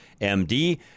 MD